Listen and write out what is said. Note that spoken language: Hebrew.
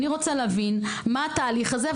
אני רוצה להבין מה התהליך הזה.